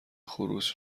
خروس